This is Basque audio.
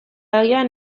agian